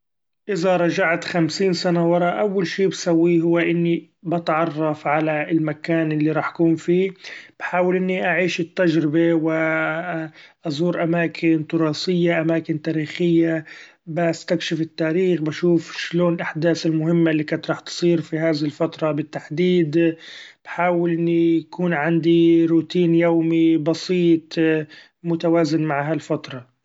إذا رچعت خمسين سنة ورا، أول شي بسويه هو إني بتعرف على المكان اللي راح كون فيه ، بحأول إني اعيش التچربة و ازور اماكن تراثية اماكن تاريخية بستكشف التاريخ ، بشوف اشلون الاحداث المهمة اللي كانت راح تصير في هذي الفترة بالتحديد بحأول إني كون عندي روتين يومي بسيط متوازن مع هالفترة.